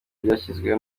byashyizwe